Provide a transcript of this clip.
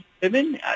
women